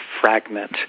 fragment